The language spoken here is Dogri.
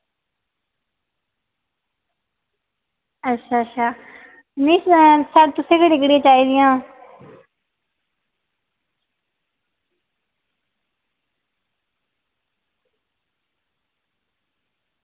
अच्छा अच्छा मिगी सनाओ तुसें केह्ड़ियां केह्ड़ियां चाही दियां